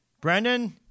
Brendan